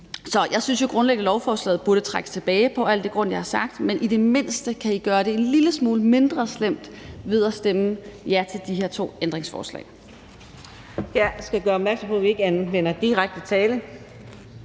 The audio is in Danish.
Jeg synes grundlæggende, at lovforslaget burde trækkes tilbage på grund af alt det, jeg har sagt, men i det mindste kan I gøre det en lille smule mindre slemt ved at stemme ja til de her to ændringsforslag.